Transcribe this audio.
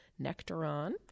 Nectaron